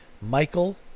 Michael